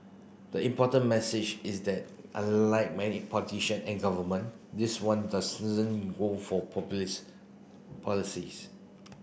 the important message is that unlike many politician and government this one doesn't go for populist policies